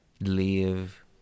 live